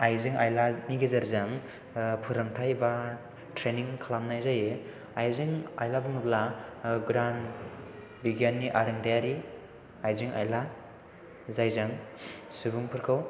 आइजें आइलानि गेजेरजों फोरोंथाइ बा ट्रेनिं खालामनाय जायो आइजें आयला बुङोब्ला गोदान बिगियाननि आराोंदायारि आइजें आइला जायजों सुबुंफोरखौ